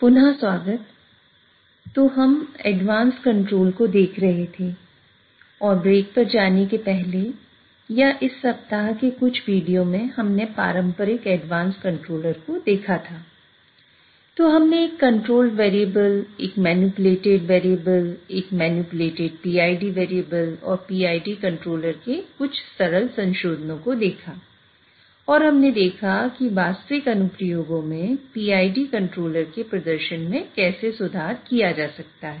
पुनः स्वागत तो हम एडवांस कंट्रोल को देख रहे थे और ब्रेक पर जाने के पहले या इस सप्ताह के कुछ वीडियो में हमने पारंपरिक एडवांस कंट्रोलर से थोड़े अलग हो सकते हैं